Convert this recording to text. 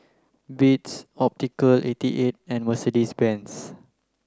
Beats Optical eighty eight and Mercedes Benz